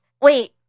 wait